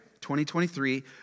2023